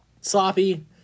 sloppy